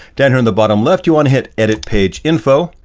down here in the bottom left, you want to hit edit page info.